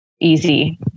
easy